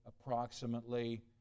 approximately